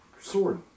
sword